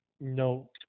No